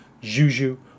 Juju